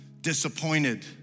disappointed